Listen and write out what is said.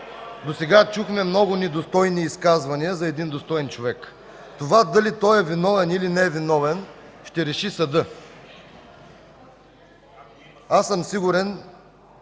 досега чухме много недостойни изказвания за един достоен човек. Това, дали той е виновен или не е виновен, ще реши съдът. Аз съм сигурен,